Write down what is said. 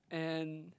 and